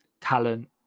talent